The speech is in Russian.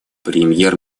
премьер